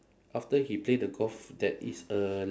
after he play the golf there is a